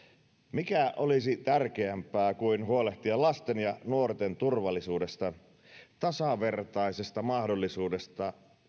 mikä olisi tärkeämpää kuin huolehtia lasten ja nuorten turvallisuudesta ja tasavertaisesta mahdollisuudesta